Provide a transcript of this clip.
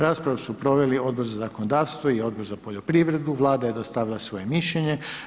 Raspravu su proveli Odbor za zakonodavstvo i Odbor za poljoprivredu, Vlada je dostavila svoje mišljenje.